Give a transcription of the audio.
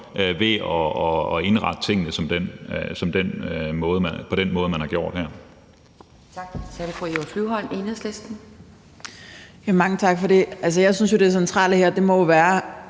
ved at indrette tingene på den måde, man her har gjort.